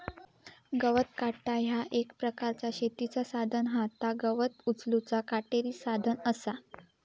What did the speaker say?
गवत काटा ह्या एक प्रकारचा शेतीचा साधन हा ता गवत उचलूचा काटेरी साधन असा